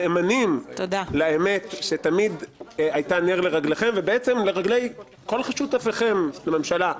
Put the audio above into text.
נאמנים לאמת שתמיד הייתה נר לרגליכם ובעצם לרגלי כל שותפיכם לממשלה,